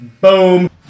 Boom